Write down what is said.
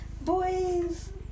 Boys